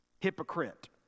hypocrite